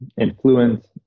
Influence